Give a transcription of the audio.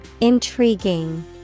Intriguing